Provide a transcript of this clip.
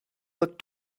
looked